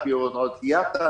על פי הוראות יאט"א.